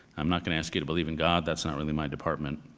i'm not gonna ask you to believe in god, that's not really my department,